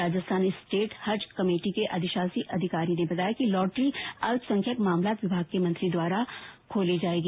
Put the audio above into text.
Rajasthan state Haj committee के अधिशाषी अधिकारी ने बताया कि लॉटरी अल्पसंख्यक मामलात विभाग के मंत्री द्वारा खोली जायेगी